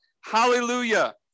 Hallelujah